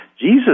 Jesus